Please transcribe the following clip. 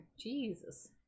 Jesus